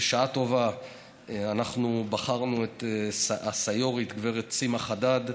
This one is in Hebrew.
בשעה טובה אנחנו בחרנו את הסיו"רית גב' סימה חדד,